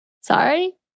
Sorry